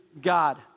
God